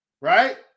right